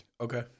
Okay